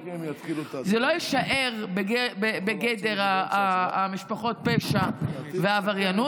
זה לא יישאר בגדר משפחות הפשע והעבריינות,